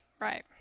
right